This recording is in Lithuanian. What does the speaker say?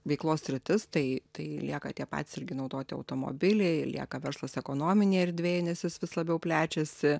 veiklos sritis tai tai lieka tie pats irgi naudoti automobiliai lieka verslas ekonominėj erdvėj nes jis vis labiau plečiasi